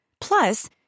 plus